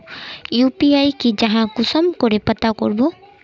UPI की जाहा कुंसम करे पता करबो?